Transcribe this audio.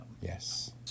Yes